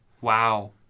Wow